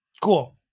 Cool